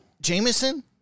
Jameson